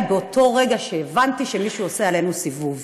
באותו רגע שהבנתי שמישהו עושה עלינו סיבוב,